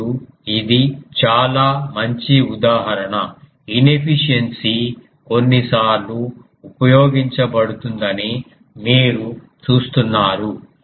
ఇప్పుడు ఇది చాలా మంచి ఉదాహరణ ఇనెఫిషియన్సీ కొన్నిసార్లు ఉపయోగించబడుతుందని మీరు చూస్తున్నారు